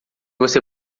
você